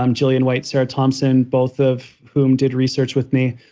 um julian white, sire thompson, both of whom did research with me.